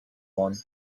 one